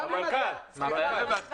כבר היה --- לדעה שלו.